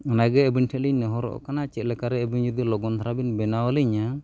ᱚᱱᱟᱜᱮ ᱟᱵᱤᱱ ᱴᱷᱮᱱᱞᱤᱧ ᱱᱮᱦᱚᱨᱚᱜ ᱠᱟᱱᱟ ᱪᱮᱫ ᱞᱮᱠᱟᱨᱮ ᱟᱵᱤᱱ ᱡᱩᱫᱤ ᱞᱚᱜᱚᱱ ᱫᱷᱟᱨᱟᱵᱤᱱ ᱵᱮᱱᱟᱣ ᱟᱞᱤᱧᱟᱹ